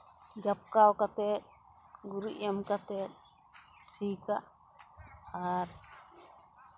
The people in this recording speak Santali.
ᱡᱟᱯᱠᱟᱣ ᱠᱟᱛᱮ ᱜᱩᱨᱤᱡ ᱮᱢ ᱠᱟᱛᱮ ᱥᱤ ᱠᱟᱜ ᱟᱨ